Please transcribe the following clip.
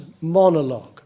monologue